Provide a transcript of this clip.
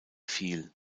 viel